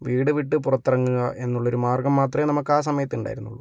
വീട് വിട്ടു പുറത്തിറങ്ങുക എന്നുള്ളൊരു മാർഗ്ഗം മാത്രമേ നമുക്ക് ആ സമയത്ത് ഉണ്ടായിരുന്നുള്ളു